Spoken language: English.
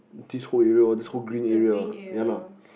this whole area all this whole green area ya lah